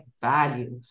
value